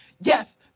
yes